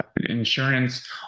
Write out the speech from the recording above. insurance